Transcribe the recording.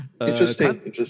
Interesting